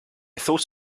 thought